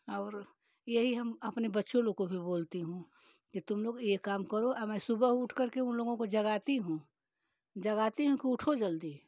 और यही हम अपने बच्चों लोग को भी बोलता हूँ कि तुम लोग ये काम करो औ मैं सुबा उठकर के उन लोग को जगाती हूँ जगाती हूँ कि उठो जल्दी